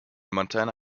montana